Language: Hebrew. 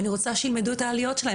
אני רוצה שילמדו את העליות שלהם.